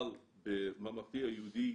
אבל בממלכתי היהודי